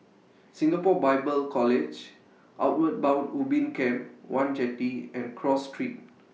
Singapore Bible College Outward Bound Ubin Camp one Jetty and Cross Street